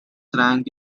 rank